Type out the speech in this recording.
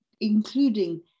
including